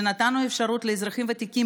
שנתנו אפשרות לאזרחים ותיקים,